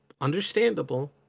understandable